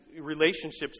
relationships